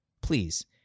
Please